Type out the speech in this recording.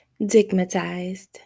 Digmatized